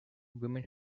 women